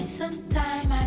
sometime